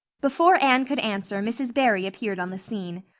before anne could answer mrs. barry appeared on the scene.